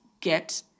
get